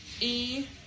E-